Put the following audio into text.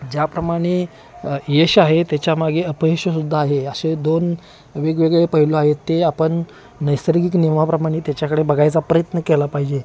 ज्याप्रमाणे यश आहे तेच्यामागे अपयशसुद्धा आहे असे दोन वेगवेगळे पैलू आहेत ते आपण नैसर्गिक नियमाप्रमाणे तेच्याकडे बघायचा प्रयत्न केला पाहिजे